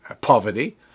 poverty